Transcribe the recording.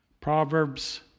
Proverbs